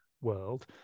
world